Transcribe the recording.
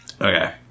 Okay